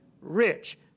rich